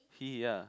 he ah